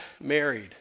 married